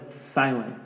silent